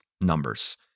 numbers